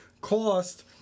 cost